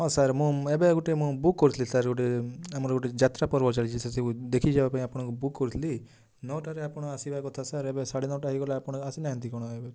ହଁ ସାର୍ ମୁଁ ଏବେ ଗୋଟେ ମୁଁ ବୁକ୍ କରିଥିଲି ସାର୍ ଗୋଟେ ଆମର ଗୋଟେ ଯାତ୍ରା ପର୍ବ ଚାଲିଛି ସେ ସବୁ ଦେଖି ଯିବା ପାଇଁ ଆପଣଙ୍କୁ ବୁକ୍ କରିଥିଲି ନଅଟାରେ ଆପଣଙ୍କର ଆସିବା କଥା ସାର୍ ଏବେ ସାଢ଼େ ନଅଟା ହେଇଗଲା ସାର୍ ଆପଣ ଆସିନାହାଁନ୍ତି କ'ଣ ଏବେ